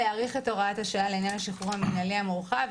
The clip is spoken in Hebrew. להאריך את הוראת השעה לעניין השחרור המינהלי המורחב.